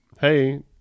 hey